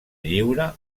lliure